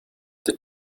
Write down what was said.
the